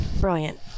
Brilliant